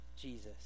Jesus